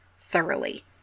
thoroughly